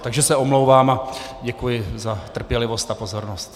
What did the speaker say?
Takže se omlouvám a děkuji za trpělivost a pozornost.